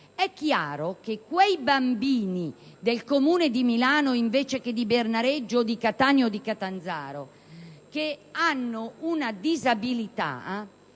è chiaro che quei bambini del Comune di Milano, di Bernareggio, di Catania o di Catanzaro che hanno una disabilità